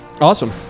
Awesome